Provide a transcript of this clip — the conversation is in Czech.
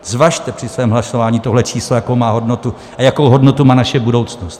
Zvažte při svém hlasování tohle číslo, jakou má hodnotu, a jakou hodnotu má naše budoucnost.